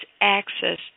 access